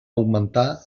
augmentar